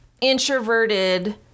introverted